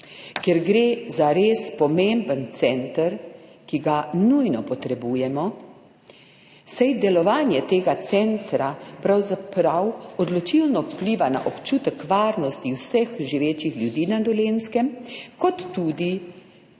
Ker gre za res pomemben center, ki ga nujno potrebujemo, saj delovanje tega centra pravzaprav odločilno vpliva na občutek varnosti vseh živečih ljudi na Dolenjskem, vpliva